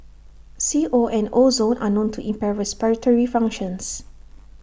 C O and ozone are known to impair respiratory functions